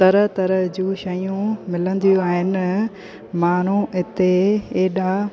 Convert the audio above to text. तरह तरह जूं शयूं मिलंदियूं आहिनि माण्हू हिते एॾा